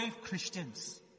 Christians